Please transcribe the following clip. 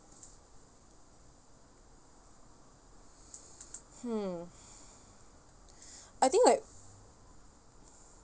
hmm I think like